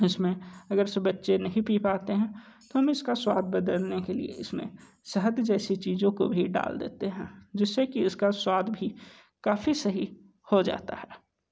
इस में अगर से बच्चे नहीं पी पाते हैं तो हम इस का स्वाद बदलने के लिए इस में शहद जैसी चीज़ों को भी डाल देते हैं जिस से कि उस का स्वाद भी काफ़ी सही हो जाता है